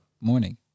Morning